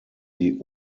die